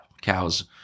cows